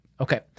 Okay